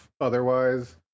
otherwise